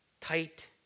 tight